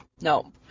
No